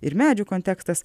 ir medžių kontekstas